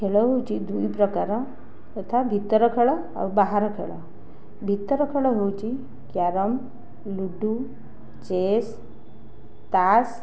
ଖେଳ ହେଉଛି ଦୁଇ ପ୍ରକାର ତଥା ଭିତର ଖେଳ ଆଉ ବାହାର ଖେଳ ଭିତର ଖେଳ ହେଉଛି କ୍ୟାରମ୍ ଲୁଡ଼ୁ ଚେସ୍ ତାସ୍